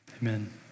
Amen